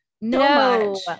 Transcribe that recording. No